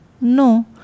No